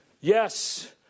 Yes